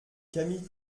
camille